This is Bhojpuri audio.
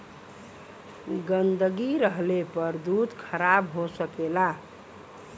गन्दगी रहले पर दूध खराब हो सकेला